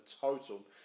total